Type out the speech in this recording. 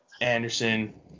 Anderson